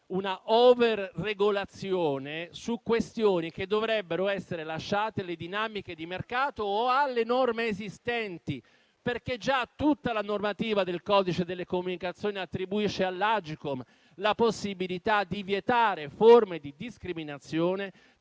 una over-regolazione su questioni che dovrebbero essere lasciate alle dinamiche di mercato o alle norme esistenti, perché già tutta la normativa del codice delle comunicazioni attribuisce all'Agcom la possibilità di vietare forme di discriminazione